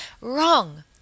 Wrong